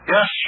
Yes